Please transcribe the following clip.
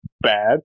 bad